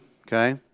Okay